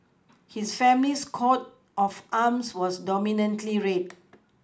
his family's coat of arms was dominantly red